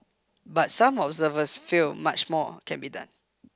but some observers feel much more can be done